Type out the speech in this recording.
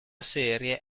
serie